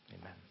Amen